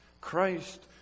Christ